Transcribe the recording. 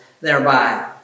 thereby